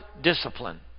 discipline